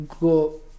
go